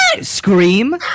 scream